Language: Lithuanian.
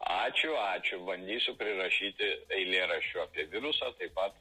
ačiū ačiū bandysiu prirašyti eilėraščių apie virusą taip pat